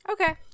Okay